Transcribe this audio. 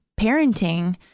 parenting